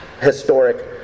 historic